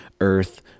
Earth